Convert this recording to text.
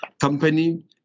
company